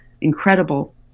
incredible